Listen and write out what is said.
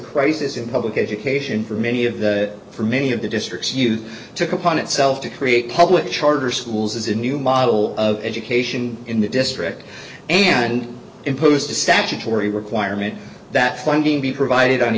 crisis in public education for many of the for many of the districts you took upon itself to create public charter schools as a new model of education in the district and imposed a statutory requirement that funding be provided on